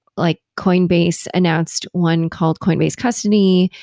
like coinbase announced one called coinbase custody,